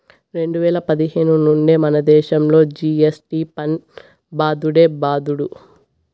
రెండు వేల పదిహేను నుండే మనదేశంలో జి.ఎస్.టి పన్ను బాదుడే బాదుడు